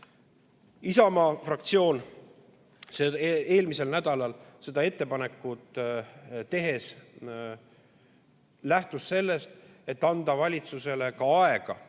Isamaa fraktsioon lähtus eelmisel nädalal seda ettepanekut tehes sellest, et anda valitsusele aega